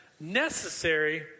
necessary